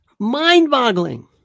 Mind-boggling